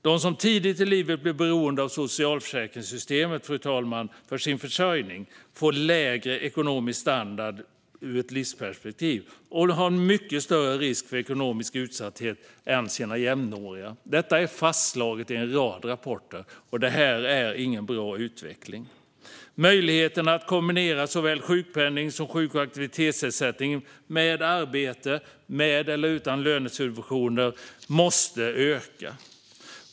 De som tidigt i livet blir beroende av socialförsäkringssystemet, fru talman, för sin försörjning får ur ett livsperspektiv lägre ekonomisk standard och löper en mycket större risk för ekonomisk utsatthet än sina jämnåriga. Detta är fastslaget i en rad rapporter, och utvecklingen är inte bra. Möjligheterna att kombinera såväl sjukpenning som sjuk och aktivitetsersättning med arbete, med eller utan lönesubvention, måste öka.